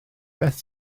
beth